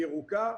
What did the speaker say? ירוקה,